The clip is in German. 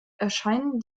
erscheinen